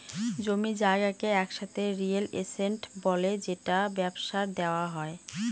জমি জায়গাকে একসাথে রিয়েল এস্টেট বলে যেটা ব্যবসায় দেওয়া হয়